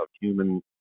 human